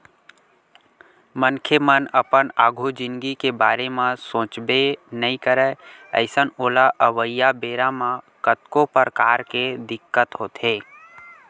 मनखे मन अपन आघु जिनगी के बारे म सोचबे नइ करय अइसन ओला अवइया बेरा म कतको परकार के दिक्कत होथे